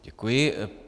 Děkuji.